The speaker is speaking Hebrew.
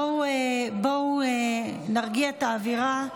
בואו נרגיע את האווירה,